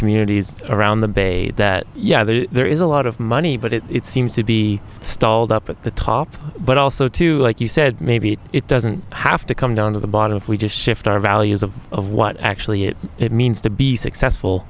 communities around the bay yeah there is a lot of money but it seems to be stalled up at the top but also to like you said maybe it doesn't have to come down to the bottom if we just shift our values of of what actually it means to be successful